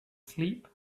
sleep